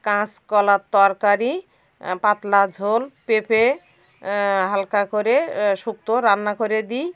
কাঁচ কলার তরকারি পাতলা ঝোল পেঁপে হালকা করে শুক্ত রান্না করে দিই